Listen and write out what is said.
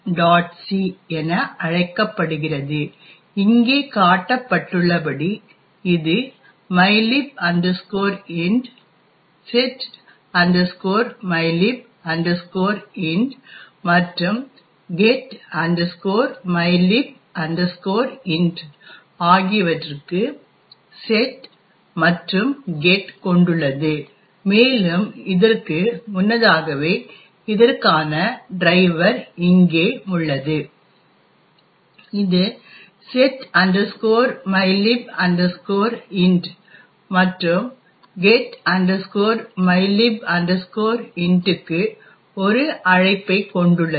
c என அழைக்கப்படுகிறது இங்கே காட்டப்பட்டுள்ளபடி இது mylib int set mylib int மற்றும் get mylib int ஆகியவற்றிற்க்கு செட் மற்றும் கெட் கொண்டுள்ளது மேலும் இதற்கு முன்னதாகவே இதற்கான டிரைவர் இங்கே உள்ளது இது set mylib int மற்றும் get mylib int க்கு ஒரு அழைப்பைக் கொண்டுள்ளது